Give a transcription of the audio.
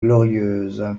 glorieuse